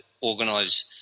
organise